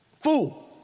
fool